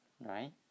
right